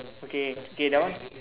okay okay that one